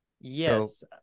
Yes